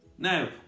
Now